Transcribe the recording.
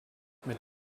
mit